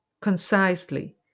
concisely